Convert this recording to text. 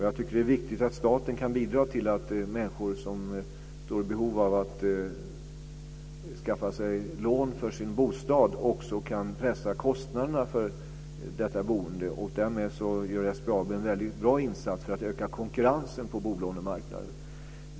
Jag tycker att det är viktigt att staten bidrar till att göra det möjligt för människor som har behov av att skaffa sig lån för bostaden att pressa de egna boendekostnaderna. SBAB gör en väldigt bra insats för att öka konkurrensen på bolånemarknaden.